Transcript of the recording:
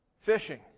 fishing